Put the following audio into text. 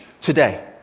today